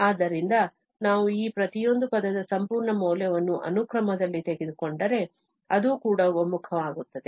ಆದ್ದರಿಂದ ನಾವು ಈ ಪ್ರತಿಯೊಂದು ಪದದ ಸಂಪೂರ್ಣ ಮೌಲ್ಯವನ್ನು ಅನುಕ್ರಮದಲ್ಲಿ ತೆಗೆದುಕೊಂಡರೆ ಅದು ಕೂಡ ಒಮ್ಮುಖವಾಗುತ್ತದೆ